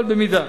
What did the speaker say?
אבל במידה.